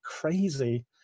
crazy